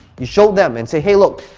you show them and say, hey, look,